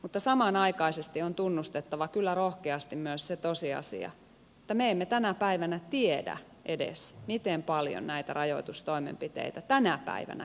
mutta samanaikaisesti on tunnustettava kyllä rohkeasti myös se tosiasia että me emme tänä päivänä edes tiedä miten paljon näitä rajoitustoimenpiteitä tänä päivänä käytetään suomessa